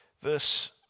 Verse